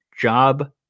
job